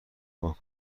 نگاه